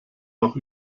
auch